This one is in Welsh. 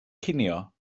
cinio